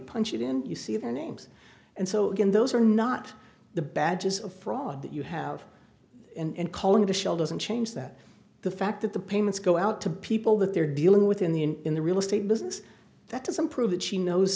punch it in you see the names and so again those are not the badges of fraud that you have and calling the shell doesn't change that the fact that the payments go out to people that they're dealing with in the in in the real estate business that doesn't prove that she knows